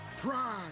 pride